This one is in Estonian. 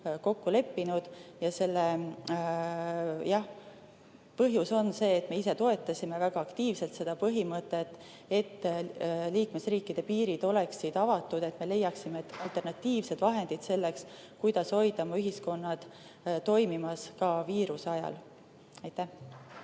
kokku leppinud. Selle põhjus on see, et me ise toetasime väga aktiivselt seda põhimõtet, et liikmesriikide piirid oleksid avatud ja et me leiaksime alternatiivsed vahendid selleks, kuidas hoida oma ühiskonnad toimimas ka viiruse ajal. Austatud